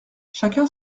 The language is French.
chacun